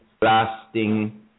lasting